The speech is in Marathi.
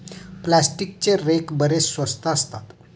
प्लास्टिकचे रेक बरेच स्वस्त असतात